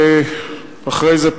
ואחרי זה,